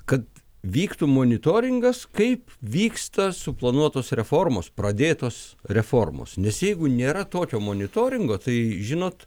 kad vyktų monitoringas kaip vyksta suplanuotos reformos pradėtos reformos nes jeigu nėra tokio monitoringo tai žinot